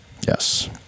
Yes